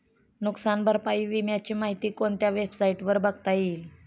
नुकसान भरपाई विम्याची माहिती कोणत्या वेबसाईटवर बघता येईल?